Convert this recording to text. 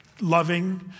loving